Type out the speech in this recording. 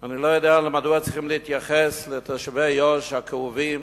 אני לא יודע מדוע צריכים להתייחס לתושבי יו"ש הכאובים